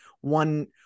one